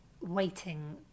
waiting